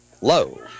Low